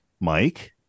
mike